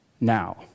now